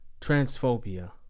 transphobia